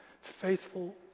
faithful